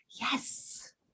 yes